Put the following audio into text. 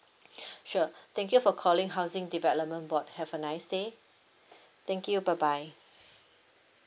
sure thank you for calling housing development board have a nice day thank you bye bye